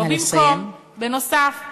לא במקום, בנוסף.